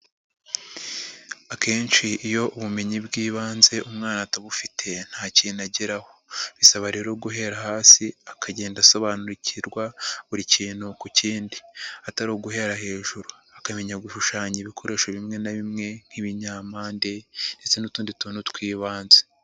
Akenshi iyo ubumenyi bw'ibanze umwana atabufite nta kintu ageraho, bisaba rero guhera hasi akagenda asobanukirwa buri kintu ku kindi atari uguhera hejuru, akamenya gushushanya ibikoresho bimwe na bimwe nk'ibinyampande ndetse n'utundi tuntu tw'ibanze.